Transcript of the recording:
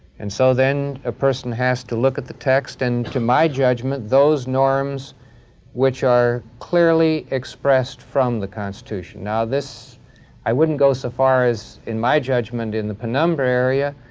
and so then, a person has to look at the text and, to my judgment, those norms which are clearly expressed from the constitution. now, i wouldn't go so far as, in my judgment, in the penumbra area.